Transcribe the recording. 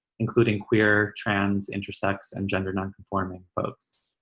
including queer, trans, intersex, and gender non-conforming folks.